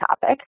topic